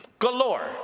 Galore